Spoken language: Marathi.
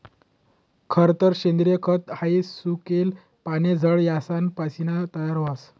खरतर सेंद्रिय खत हाई सुकेल पाने, झाड यासना पासीन तयार व्हस